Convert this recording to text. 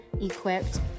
equipped